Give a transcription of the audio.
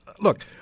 look